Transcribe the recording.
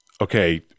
Okay